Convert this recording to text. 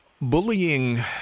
bullying